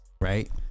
right